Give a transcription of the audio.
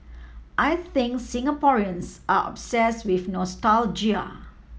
I think Singaporeans are obsess with nostalgia